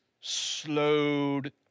slowed